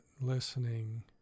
listening